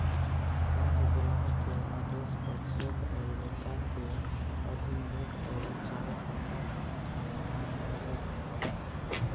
bank ग्राहक के आदेश पअ चेक अउरी भुगतान के अधीन नोट अउरी चालू खाता में धन भेजत हवे